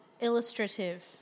illustrative